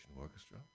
Orchestra